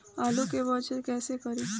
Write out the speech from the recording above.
आलू के वजन कैसे करी?